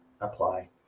apply